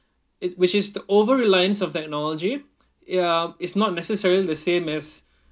it which is the over-reliance of technology ya is not necessarily the same as